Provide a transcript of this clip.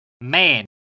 man